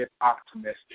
optimistic